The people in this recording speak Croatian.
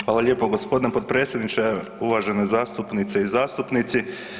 Hvala lijepo g. potpredsjedniče, uvažene zastupnice i zastupnici.